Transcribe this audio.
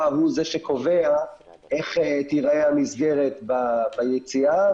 הוא זה שקובע איך תיראה המסגרת ביציאה,